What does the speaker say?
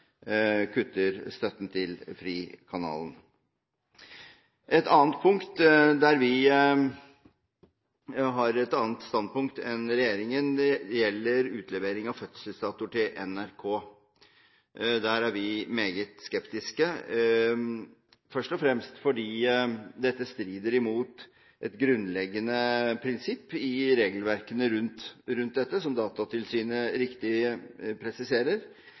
kutter støtten til Frikanalen. Et annet punkt der vi har et annet standpunkt enn regjeringen, gjelder utlevering av fødselsdatoer til NRK. Der er vi meget skeptiske, først og fremst fordi dette strider imot et grunnleggende prinsipp i regelverkene rundt dette, som Datatilsynet riktig presiserer,